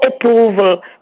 approval